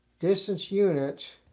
distance units.